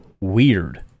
weird